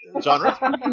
genre